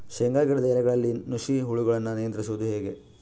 ಶೇಂಗಾ ಗಿಡದ ಎಲೆಗಳಲ್ಲಿ ನುಷಿ ಹುಳುಗಳನ್ನು ನಿಯಂತ್ರಿಸುವುದು ಹೇಗೆ?